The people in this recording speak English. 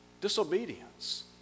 Disobedience